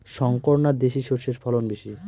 শংকর না দেশি সরষের ফলন বেশী?